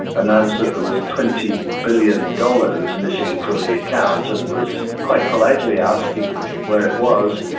announced that there was twenty billion dollars missing from the account, and was quite politely asking where it was,